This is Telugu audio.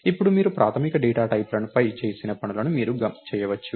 ఇప్పుడు మీరు ప్రాథమిక డేటా టైప్ లపై చేసిన పనులను మీరు చేయవచ్చు